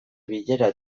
bilera